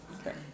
okay